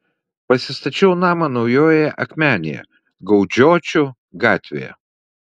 pasistačiau namą naujojoje akmenėje gaudžiočių gatvėje